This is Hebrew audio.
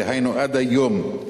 דהיינו עד היום,